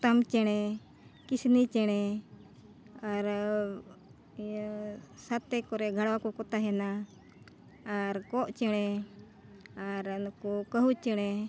ᱯᱚᱛᱟᱢ ᱪᱮᱬᱮ ᱠᱤᱥᱱᱤ ᱪᱮᱬᱮ ᱟᱨ ᱤᱭᱟᱹ ᱥᱟᱛᱮ ᱠᱚᱨᱮ ᱜᱷᱟᱲᱣᱟ ᱠᱚᱠᱚ ᱛᱟᱦᱮᱱᱟ ᱟᱨ ᱠᱚᱜ ᱪᱮᱬᱮ ᱟᱨ ᱱᱩᱠᱩ ᱠᱟᱹᱦᱩ ᱪᱮᱬᱮ